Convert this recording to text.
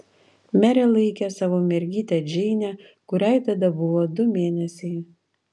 merė laikė savo mergytę džeinę kuriai tada buvo du mėnesiai